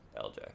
LJ